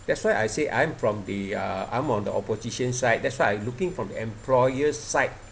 that's why I say I'm from the uh I'm on the opposition side that's why looking from employer side